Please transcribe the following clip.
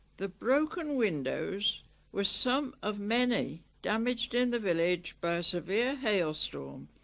the broken windows were some of many damaged in the village by a severe hailstorm.